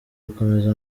gukomeza